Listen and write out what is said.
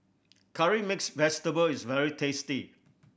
Curry Mixed Vegetable is very tasty